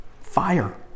Fire